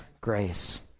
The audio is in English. grace